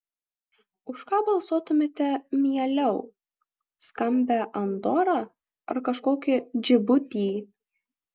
už ką balsuotumėte mieliau skambią andorą ar kažkokį džibutį